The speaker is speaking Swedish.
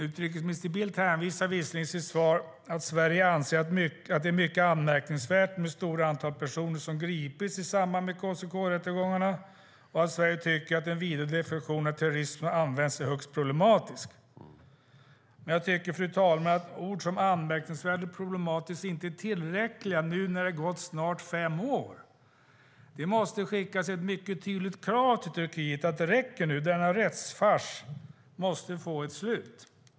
Utrikesminister Bildt hänvisar i sitt svar till att Sverige anser att det stora antal personer som har gripits i samband med KCK-rättegångarna är mycket anmärkningsvärt och att Sverige tycker att den vida definition av terrorism som används är högst problematisk. Men jag tycker, fru talman, att ord som anmärkningsvärd och problematisk inte är tillräckliga nu när det snart har gått fem år. Det måste skickas ett mycket tydligt krav till Turkiet att det räcker nu. Denna rättsfars måste få ett slut.